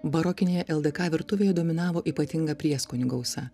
barokinėje ldk virtuvėje dominavo ypatinga prieskonių gausa